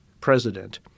president—